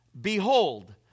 Behold